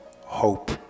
hope